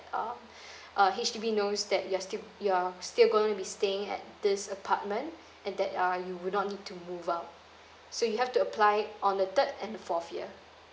uh uh H_D_B knows that you're still you're still going be staying at this apartment and that uh you would not need to move out so you have to apply on the third and the fourth year